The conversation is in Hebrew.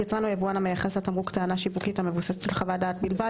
יצרן או יבואן המייחס לתמרוק טענה שיווקית המבוססת על חוות דעת בלבד,